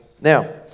Now